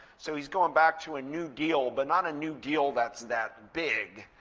so he's going back to a new deal, but not a new deal that's that big,